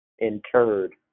interred